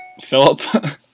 Philip